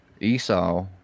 Esau